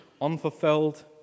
unfulfilled